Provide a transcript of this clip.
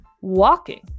walking